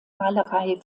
malerei